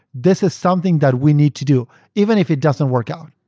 this is something that we need to do even if it doesnaeurt work out.